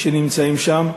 שנמצאים שם.